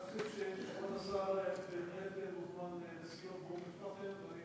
כבוד השר בהחלט מוזמן לסיור באום-אלפחם.